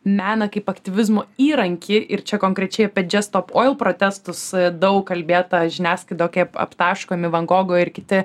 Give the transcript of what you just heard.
meną kaip aktyvizmo įrankį ir čia konkrečiai apie džesto poil protestus daug kalbėta žiniasklaidoje kaip aptaškomi van gogo ir kiti